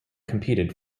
competed